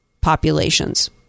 populations